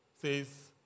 says